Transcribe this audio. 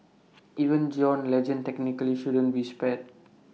even John Legend technically shouldn't be spared